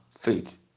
faith